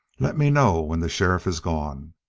let me know when the sheriff is gone.